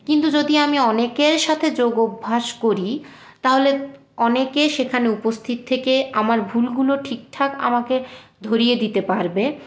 কিন্তু যদি আমি অনেকের সাথে যোগ অভ্যাস করি তাহলে অনেকে সেখানে উপস্থিত থেকে আমার ভুলগুলো ঠিকঠাক আমাকে ধরিয়ে দিতে পারবে